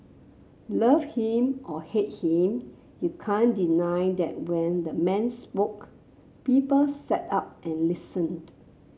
love him or hate him you can't deny that when the man spoke people sat up and listened